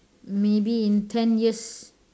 maybe in ten years